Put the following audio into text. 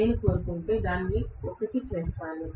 నేను కోరుకుంటే నేను దానిని 1 చేస్తాను